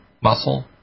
muscle